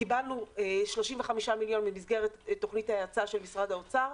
קיבלנו 35 מיליון במסגרת תוכנית ההאצה של משרד האוצר,